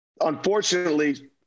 unfortunately